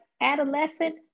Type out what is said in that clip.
adolescent